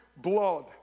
Blood